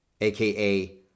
aka